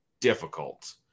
difficult